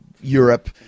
Europe